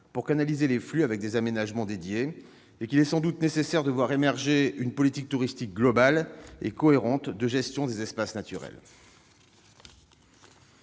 pour canaliser les flux, avec des aménagements dédiés, et qu'il est sans doute nécessaire de voir émerger une politique touristique globale et cohérente de gestion des espaces naturels.